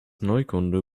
neukunde